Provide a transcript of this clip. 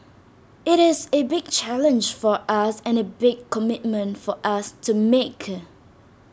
IT is A big challenge for us and A big commitment for us to make